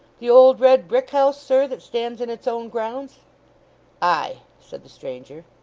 the old red brick house, sir, that stands in its own grounds aye, said the stranger.